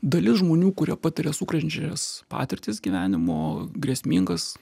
dalis žmonių kurie patiria sukrečiančias patirtis gyvenimo grėsmingas